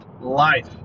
Life